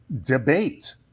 Debate